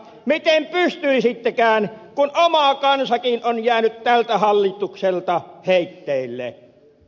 miten pystyisittekään kun oma kansakin on jäänyt tältä hallitukselta heitteille